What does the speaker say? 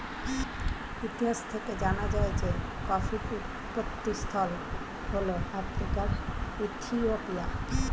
ইতিহাস থেকে জানা যায় যে কফির উৎপত্তিস্থল হল আফ্রিকার ইথিওপিয়া